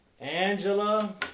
Angela